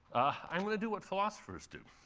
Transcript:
i'm going to do what philosophers do.